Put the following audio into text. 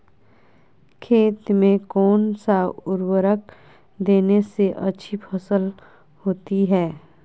खेत में कौन सा उर्वरक देने से अच्छी फसल होती है?